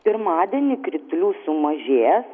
pirmadienį kritulių sumažės